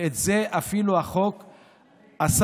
ואת זה אפילו החוק אסר,